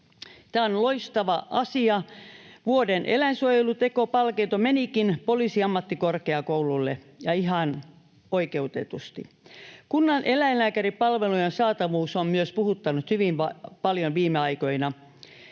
Tämä on loistava asia. Vuoden eläinsuojeluteko -palkinto menikin Poliisiammattikorkeakoululle ja ihan oikeutetusti. Myös kunnan eläinlääkäripalvelujen saatavuus on puhuttanut hyvin paljon viime aikoina.